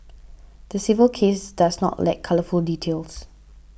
the civil case does not lack colourful details